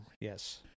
Yes